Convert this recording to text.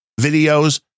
videos